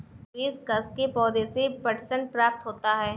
hibiscus के पौधे से पटसन प्राप्त होता है